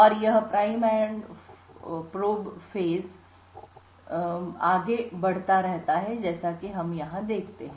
और यह प्रधान और जाँच चरण आगे और आगे बढ़ता रहता है जैसा कि हम यहाँ देखते हैं